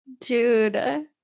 Dude